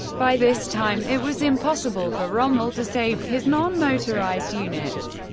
by this time it was impossible for rommel to save his non-motorized units.